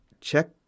Check